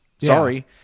sorry